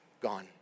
gone